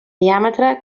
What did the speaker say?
diàmetre